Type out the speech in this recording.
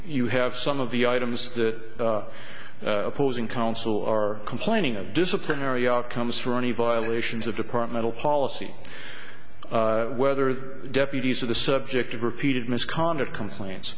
you have some of the items that opposing counsel are complaining of disciplinary outcomes for any violations of departmental policy whether deputies are the subject of repeated misconduct complaints